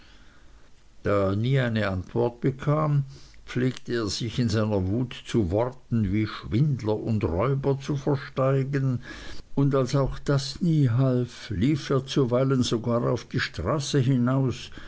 da er nie eine antwort bekam pflegte er sich in seiner wut zu worten wie schwindler und räuber zu versteigen und als auch das nie half lief er zuweilen sogar auf die straße hinaus